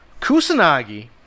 Kusanagi